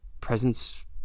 presence